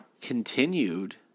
continued